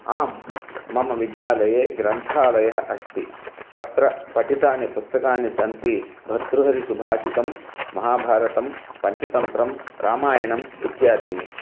आम् मम विज्यालये ग्रन्थालयः अस्ति तत्र पठितानि पुस्तकानि सन्ति भतृहरिसुभाषितं महाभारतं पञ्चतन्त्रं रामायण इत्यादीनि